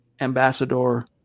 ambassador